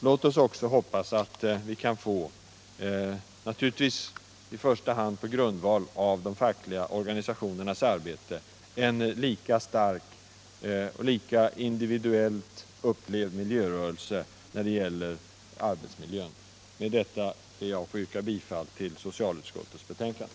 Låt oss också hoppas att vi kan få — naturligtvis i 16 november 1977 första hand på grundval av de fackliga organisationernas arbete — en lika stark och lika individuellt upplevd miljörörelse när det gäller ar = Arbetsmiljölag, betsmiljön. m.m. Med detta ber jag att få yrka bifall till socialutskottets hemställan.